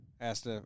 Asked